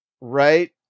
Right